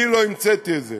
אני לא המצאתי את זה".